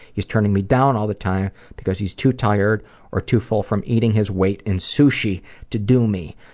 he's turning me down all the time because he's too tired or too full from eating his weight in sushi to do me.